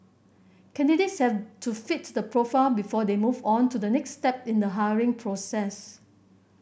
candidates have to fit the profile before they move on to the next step in the hiring process